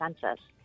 census